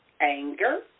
anger